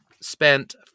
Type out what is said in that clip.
spent